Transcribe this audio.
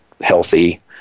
healthy